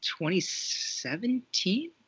2017